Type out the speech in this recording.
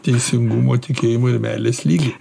teisingumo tikėjimo ir meilės lygį